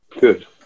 Good